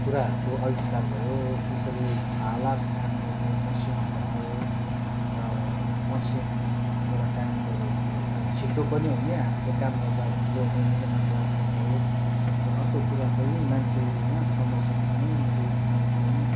कुराहरूको आविष्कार भयो त्यसरी छालाको काम गर्ने मेसिनहरू आयो र मेसिनबाट काम गरेको अब छिटो पनि हुने हातले काम गर्दा ढिलो हुने मिहिनेत लाग्ने भयो र अर्को कुरा चाहिँ मान्छेमा समय सँगसँगै त्यसमा चाहिँ